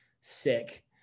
sick